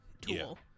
tool